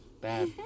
bad